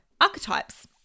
archetypes